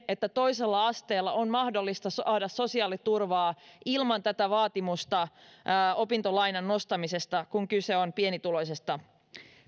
että toisella asteella on mahdollista saada sosiaaliturvaa ilman tätä vaatimusta opintolainan nostamisesta kun kyse on pienituloisesta